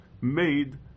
made